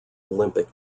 olympic